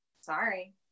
Sorry